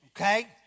Okay